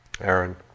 Aaron